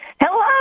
Hello